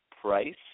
price